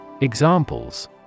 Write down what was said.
Examples